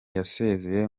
yasezeye